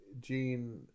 Gene